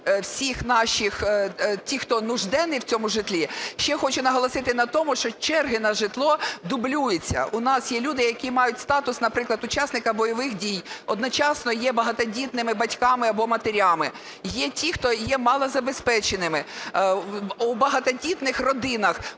усіх тих, хто нужденний у цьому житлі. Ще хочу наголосити на тому, що черги на житло дублюються. У нас є люди, які мають статус, наприклад, учасника бойових дій, одночасно є багатодітними батьками або матеріями, є ті, хто є малозабезпеченими. У багатодітних родинах